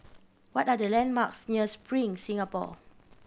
what are the landmarks near Spring Singapore